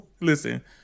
listen